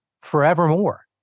forevermore